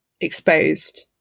exposed